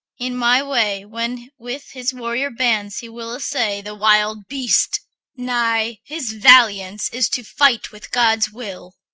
in my way when with his warrior bands he will essay the wild beast nay, his valiance is to fight with god's will!